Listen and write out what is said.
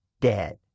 dead